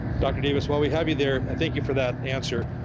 dr. davis while we have you there thank you for that answer.